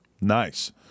Nice